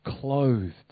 clothed